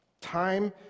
Time